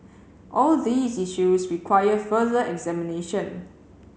all these issues require further examination